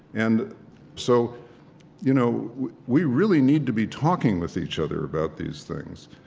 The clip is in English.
and so you know we really need to be talking with each other about these things.